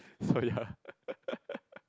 sorry